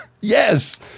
Yes